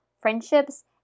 friendships